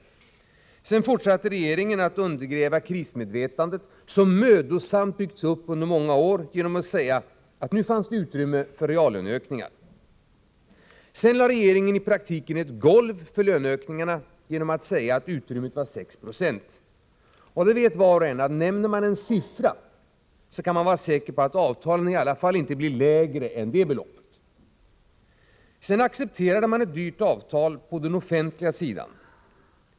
Regeringen fortsatte sedan att undergräva krismedvetandet, som mödosamt byggts upp under många år, genom att säga att det nu fanns utrymme för reallöneökningar. Sedan lade regeringen i praktiken ett golv för löneökningarna, genom att säga att löneutrymmet var 6 Zo. Var och en vet att nämner man en siffra kan man vara säker på att avtalen i alla fall inte blir lägre än så. Därpå accepterades ett dyrt avtal på den offentliga sidan.